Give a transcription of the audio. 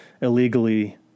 illegally